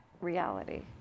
reality